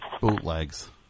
bootlegs